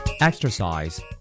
Exercise